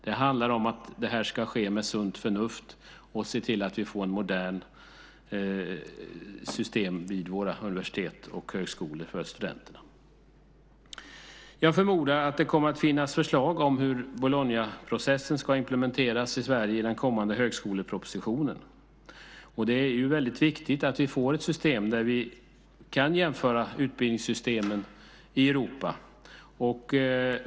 Det handlar om att det här ska ske med sunt förnuft och att se till att vi får ett modernt system för studenterna vid våra universitet och högskolor. Jag förmodar att det kommer att finnas förslag om hur Bolognaprocessen ska implementeras i Sverige i den kommande högskolepropositionen. Det är väldigt viktigt att vi får ett system där vi kan jämföra utbildningssystemen i Europa.